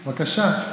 בבקשה.